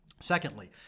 Secondly